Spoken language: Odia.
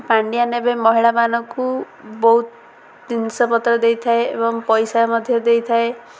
ପାଣ୍ଡିଆନ୍ ଏବେ ମହିଳାମାନଙ୍କୁ ବହୁତ ଜିନିଷପତ୍ର ଦେଇଥାଏ ଏବଂ ପଇସା ମଧ୍ୟ ଦେଇଥାଏ